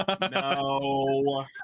no